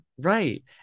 right